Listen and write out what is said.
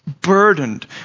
burdened